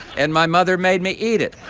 and my mother made me eat it.